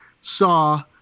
saw